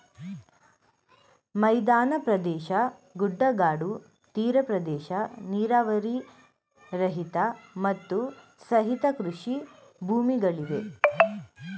ಮೈದಾನ ಪ್ರದೇಶ, ಗುಡ್ಡಗಾಡು, ತೀರ ಪ್ರದೇಶ, ನೀರಾವರಿ ರಹಿತ, ಮತ್ತು ಸಹಿತ ಕೃಷಿ ಭೂಮಿಗಳಿವೆ